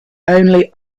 only